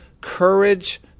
courage